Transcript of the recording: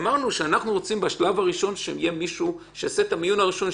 אמרנו שאנחנו רוצים שיהיה מישהו שיעשה את המיון הראשוני.